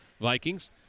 Vikings